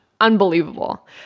unbelievable